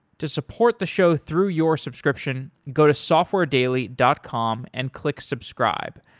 to support the show through your subscription, go to softwaredaily dot com and click subscribe.